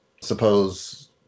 Suppose